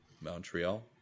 Montreal